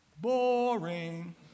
boring